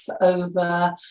over